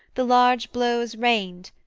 the large blows rained,